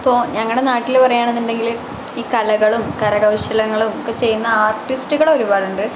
ഇപ്പോൾ ഞങ്ങളുടെ നാട്ടിൽ പറയാണെന്നുണ്ടെങ്കിൽ ഈ കളകളും കരകൗശലങ്ങളും ഒക്കെ ചെയ്യുന്ന ആര്ട്ടിസ്റ്റുകൾ ഒരുപാടുണ്ട്